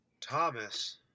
Thomas